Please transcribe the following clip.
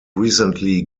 recently